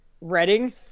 Reading